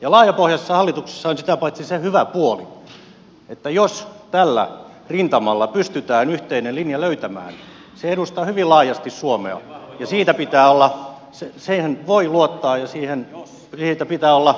laajapohjaisessa hallituksessa on sitä paitsi se hyvä puoli että jos tällä rintamalla pystytään yhteinen linja löytämään se edustaa hyvin laajasti suomea ja siihen voi luottaa ja siitä pitää olla tyytyväinen